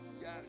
yes